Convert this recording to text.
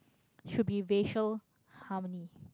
should be racial harmony